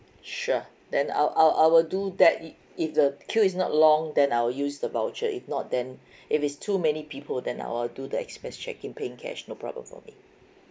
sure then I'll I'll I will do that it if the queue is not long then I'll use the voucher if not then if it's too many people then I'll do the express check in paying cash no problem for me